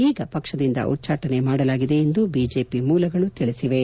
ಈಗ ಪಕ್ಷದಿಂದ ಉಚ್ಛಾಟನೆ ಮಾಡಲಾಗಿದೆ ಎಂದು ಬಿಜೆಪಿ ಮೂಲಗಳು ತಿಳಿಸಿವೆ